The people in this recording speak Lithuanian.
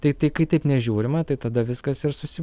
tai tai kai taip nežiūrima tai tada viskas ir susi